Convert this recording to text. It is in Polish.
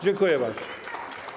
Dziękuję bardzo.